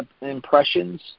impressions